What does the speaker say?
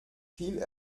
viel